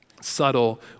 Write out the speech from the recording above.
subtle